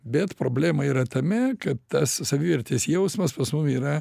bet problema yra tame kad tas savivertės jausmas pas mum yra